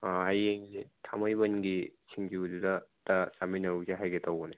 ꯍꯌꯦꯡꯁꯦ ꯊꯥꯡꯃꯩꯕꯟꯒꯤ ꯁꯤꯡꯖꯨꯗꯨꯗ ꯑꯃꯨꯛꯇ ꯆꯥꯃꯤꯟꯅꯔꯨꯁꯦ ꯍꯥꯏꯒꯦ ꯇꯧꯕꯅꯦ